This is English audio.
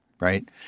Right